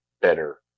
better